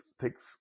takes